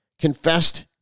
Confessed